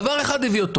דבר אחד הביא אותו